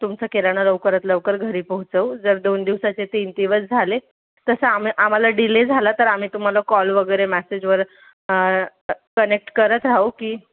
तुमचं किराणा लवकरात लवकर घरी पोहोचवू जर दोन दिवसाचे तीन दिवस झाले तसं आम्हा आम्हाला डिले झाला तर आम्ही तुम्हाला कॉल वगैरे मॅसेजवर कनेक्ट करत राहू की